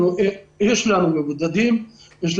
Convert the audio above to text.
יש לנו 169 מבודדים.